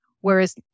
Whereas